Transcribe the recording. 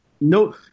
No